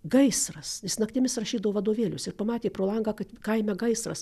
gaisras jis naktimis rašydavo vadovėlius ir pamatė pro langą kad kaime gaisras